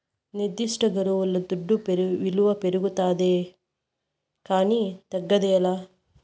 నిర్దిష్టగడువుల దుడ్డు విలువ పెరగతాదే కానీ తగ్గదేలా